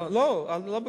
לא ביקשתי.